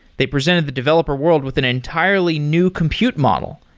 they presented the developer world with an entirely new computer model,